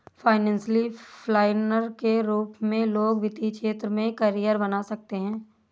financial planner के रूप में लोग वित्तीय क्षेत्र में करियर बना सकते हैं